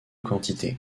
quantités